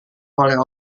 oleh